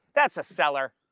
that's a seller,